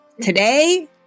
Today